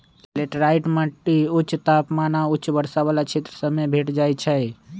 laterite माटि उच्च तापमान आऽ उच्च वर्षा वला क्षेत्र सभ में भेंट जाइ छै